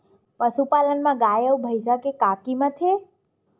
पशुपालन मा गाय अउ भंइसा के का कीमत हे?